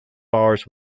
bars